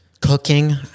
cooking